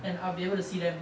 and I'll be able to see them